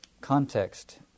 context